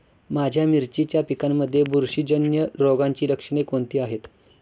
माझ्या मिरचीच्या पिकांमध्ये बुरशीजन्य रोगाची लक्षणे कोणती आहेत?